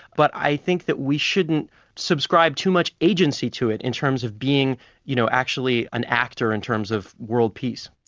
but i think that we shouldn't subscribe too much agency to it in terms of being you know actually an actor in terms of world peace.